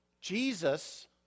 Jesus